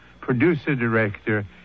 producer-director